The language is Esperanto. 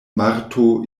marto